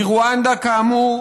מרואנדה, כאמור,